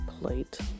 plate